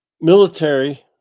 Military